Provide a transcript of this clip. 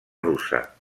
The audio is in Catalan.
russa